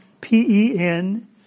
P-E-N